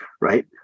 right